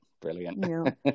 brilliant